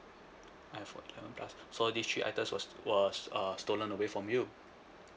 iphone eleven plus so this three items was was uh stolen away from you